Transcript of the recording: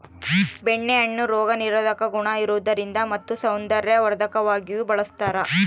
ಬೆಣ್ಣೆ ಹಣ್ಣು ರೋಗ ನಿರೋಧಕ ಗುಣ ಇರುವುದರಿಂದ ಮತ್ತು ಸೌಂದರ್ಯವರ್ಧಕವಾಗಿಯೂ ಬಳಸ್ತಾರ